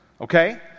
Okay